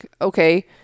Okay